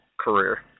career